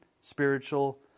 spiritual